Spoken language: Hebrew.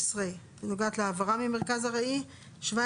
16 (העברה ממרכז ארעי לטיפול),